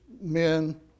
men